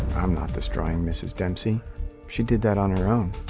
i'm not destroying mrs. dempsey she did that on her own.